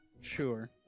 Sure